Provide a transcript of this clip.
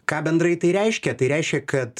ką bendrai tai reiškia tai reiškia kad